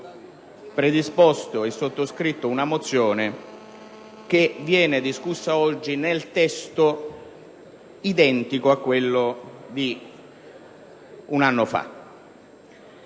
predisposto e sottoscritto una mozione che viene oggi discussa in un testo identico a quello di un anno fa.